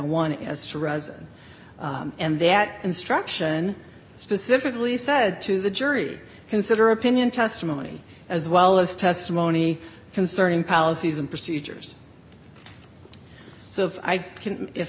reson and that instruction specifically said to the jury consider opinion testimony as well as testimony concerning policies and procedures so if i can if